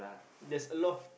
there's a lot